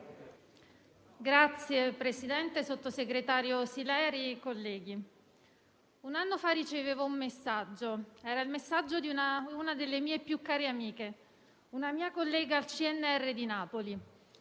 Signor Presidente, sottosegretario Sileri, colleghi, un anno fa ricevevo il messaggio di una delle mie più care amiche, una mia collega del CNR di Napoli.